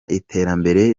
iterambere